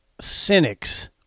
cynics